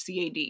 CAD